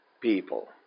people